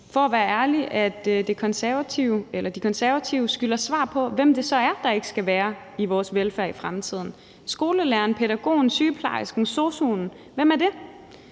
for at være ærlig, at De Konservative skylder svar på, hvem det så er, der ikke skal være der i vores velfærd i fremtiden. Er det skolelæreren, pædagogen, sygeplejersken eller sosu'en? Hvem er det?